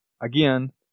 again